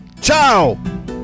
Ciao